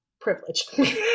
Privilege